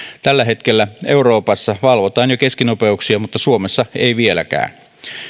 tällä hetkellä euroopassa valvotaan jo keskinopeuksia mutta suomessa ei vieläkään